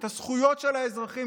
את הזכויות של האזרחים,